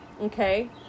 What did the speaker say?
okay